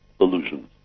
illusions